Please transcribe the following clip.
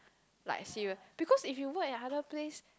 like serious because if you work in other place